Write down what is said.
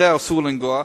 זה אסור לגעת,